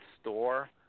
store